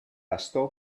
bastó